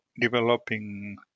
developing